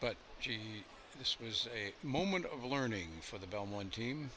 but gee this was a moment of learning for the bellman team